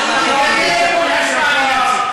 הוא אדם יקר,